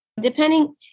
depending